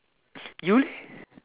you leh